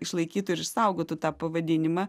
išlaikytų ir išsaugotų tą pavadinimą